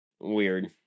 weird